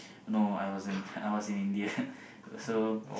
no I was in I was in India